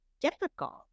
difficult